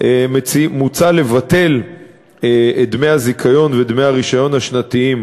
מוצע לבטל את דמי הזיכיון ואת דמי הרישיון השנתיים